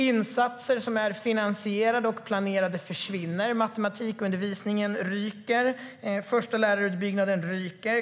Insatser som är finansierade och planerade försvinner. Matematikundervisningen ryker. Förstelärarutbyggnaden ryker.